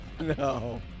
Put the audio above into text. No